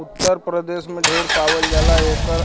उत्तर प्रदेश में ढेर पावल जाला एकर